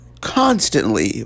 Constantly